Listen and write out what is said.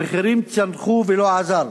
המחירים צנחו ולא עזר.